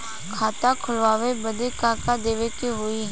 खाता खोलावे बदी का का देवे के होइ?